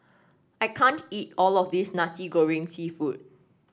I can't eat all of this Nasi Goreng seafood